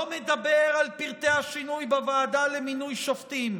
לא מדבר על פרטי השינוי בוועדה למינוי שופטים,